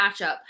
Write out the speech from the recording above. matchup